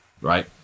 right